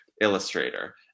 illustrator